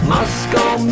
Moscow